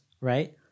right